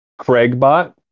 Craigbot